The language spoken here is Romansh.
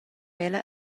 ella